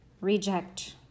reject